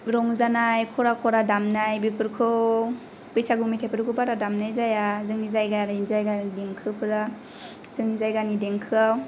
रंजानाय खरा खारा दामनाय बेफोरखौ बैसागु मेथायफोरखौ बारा दामनाय जाया जोंनि जायगानि देंखोआव